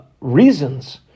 reasons